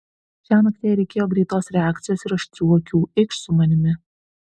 šiąnakt jai reikėjo greitos reakcijos ir aštrių akių eikš su manimi